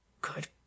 Good